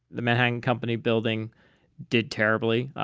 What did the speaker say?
the manhattan company building did terribly,